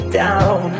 down